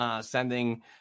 sending